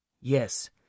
yes